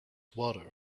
water